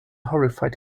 horrified